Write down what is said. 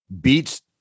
beats